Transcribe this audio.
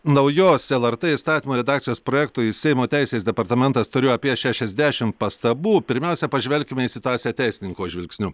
naujos lrt įstatymo redakcijos projektui seimo teisės departamentas turėjo apie šešiasdešim pastabų pirmiausia pažvelkime į situaciją teisininko žvilgsniu